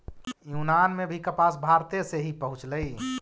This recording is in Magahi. यूनान में भी कपास भारते से ही पहुँचलई